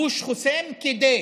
גוש חוסם, כדי